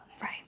right